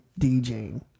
DJing